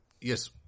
Yes